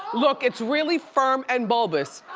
look, it's really firm and bulbous.